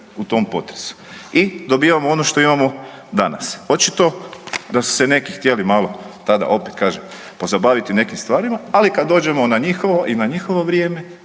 u tom potresu i dobivamo ono što imamo danas. Očito da su se neki htjeli malo tada opet pozabaviti nekim stvarima, ali kada dođemo na njihovo i na njihovo vrijeme,